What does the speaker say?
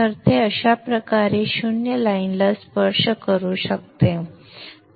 तर ते अशा प्रकारे 0 लाईनला स्पर्श करू शकते